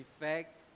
effect